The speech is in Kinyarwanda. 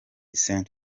ste